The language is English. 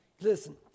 Listen